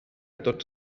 tots